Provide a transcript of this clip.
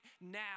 now